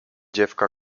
dziewka